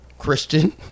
christian